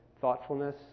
thoughtfulness